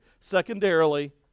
Secondarily